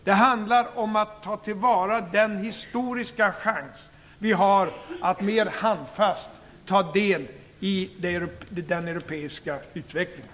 Det handlar om att ta till vara den historiska chans vi har att mer handfast ta del i den europeiska utvecklingen.